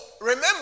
remember